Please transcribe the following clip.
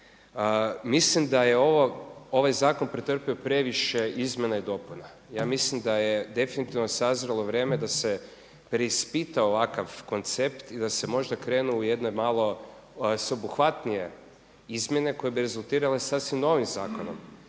Mislim da je ovaj zakon pretrpio previše izmjena i dopuna. Ja mislim da je definitivno sazrjelo vrijeme da se preispita ovakav koncept i da se možda krene u jedne malo sveobuhvatnije izmjene koje bi rezultirale sasvim novim zakonom